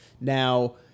Now